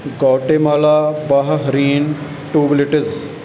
Guatemala Bahrain ਟੂਬਲੀਟਿਸ